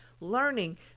Learning